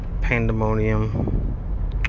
Pandemonium